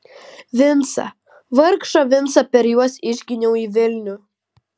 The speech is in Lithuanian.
vincą vargšą vincą per juos išginiau į vilnių